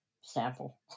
sample